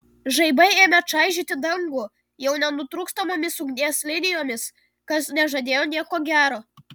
žaibai ėmė čaižyti dangų jau nenutrūkstamomis ugnies linijomis kas nežadėjo nieko gero